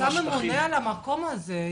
אבל אתה ממונה על המקום הזה.